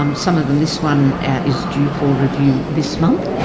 um some of them this one is due for review this month.